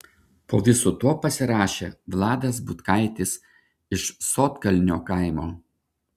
po visu tuo pasirašė vladas butkaitis iš sodkalnio kaimo